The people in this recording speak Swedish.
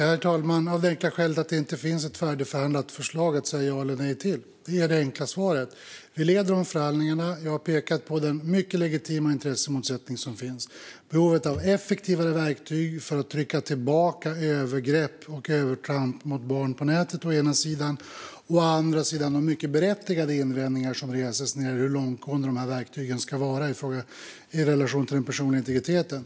Herr talman! Av det enkla skälet att det inte finns ett färdigförhandlat förslag att säga ja eller nej till. Det är det enkla svaret. Vi leder dessa förhandlingar. Jag har pekat på den mycket legitima intressemotsättning som finns. Det handlar å ena sidan om behovet av effektivare verktyg för att trycka tillbaka övergrepp och övertramp gentemot barn på nätet och å andra sidan om de mycket berättigade invändningar som reses när det gäller hur långtgående dessa verktyg ska vara i relation till den personliga integriteten.